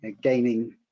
gaining